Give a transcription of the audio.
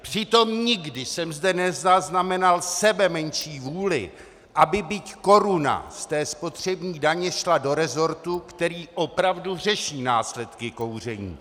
Přitom nikdy jsem zde nezaznamenal sebemenší vůli, aby byť koruna z té spotřební daně šla do rezortu, který opravdu řeší následky kouření.